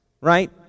right